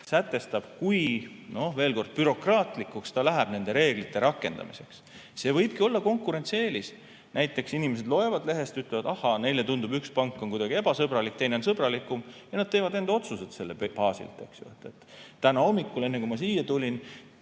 sätestab, kui bürokraatlikuks ta läheb nende reeglite rakendamisega. See võibki olla konkurentsieelis. Näiteks, inimesed loevad lehest, ütlevad ahaa, neile tundub, et üks pank on kuidagi ebasõbralik, teine on sõbralikum, ja nad teevad enda otsused selle baasilt, eks ju. Täna hommikul, enne kui ma siia tulin,